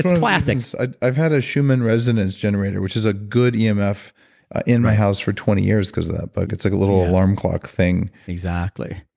classic ah i've had a schumann resonance generator which is a good emf in my house for twenty years because of that book. it's like a little alarm clock thing exactly.